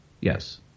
Yes